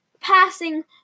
passing